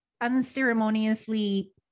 unceremoniously